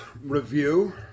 review